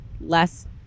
less